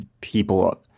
people